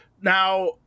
Now